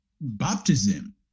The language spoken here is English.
baptism